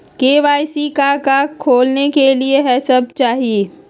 KYC का का खोलने के लिए कि सब चाहिए?